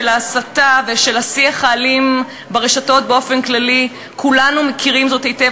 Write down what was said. של ההסתה ושל השיח האלים ברשתות באופן כללי כולנו מכירים זאת היטב,